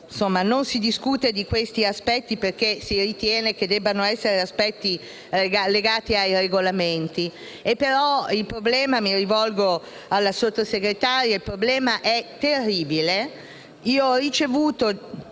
Di solito non si discute di simili aspetti perché si ritiene che debbano essere legati ai regolamenti. Però il problema - mi rivolgo alla Sottosegretaria - è terribile. Io ho ricevuto,